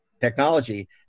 technology